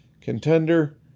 contender